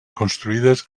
construïdes